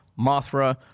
Mothra